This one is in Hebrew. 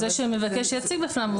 זה שמבקש שיציג בפניו,